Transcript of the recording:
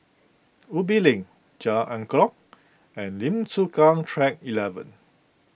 Ubi Link Jalan Angklong and Lim Chu Kang Track eleven